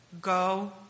go